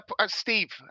Steve